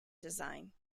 design